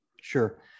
Sure